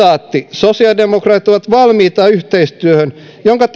sosiaalidemokraatit ovat valmiita yhteistyöhön jonka